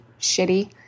Shitty